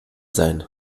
sein